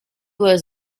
was